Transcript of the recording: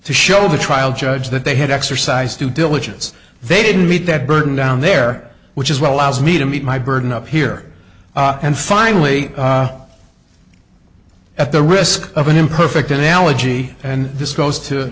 to show the trial judge that they had exercised due diligence they didn't meet that burden down there which is what allows me to meet my burden up here and finally at the risk of an imperfect analogy and this goes to